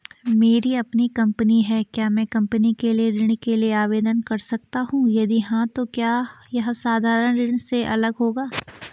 मेरी अपनी कंपनी है क्या मैं कंपनी के लिए ऋण के लिए आवेदन कर सकता हूँ यदि हाँ तो क्या यह साधारण ऋण से अलग होगा?